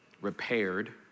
repaired